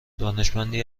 دانشمندی